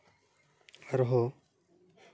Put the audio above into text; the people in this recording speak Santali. ᱟᱨᱦᱚᱸ